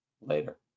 Later